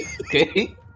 Okay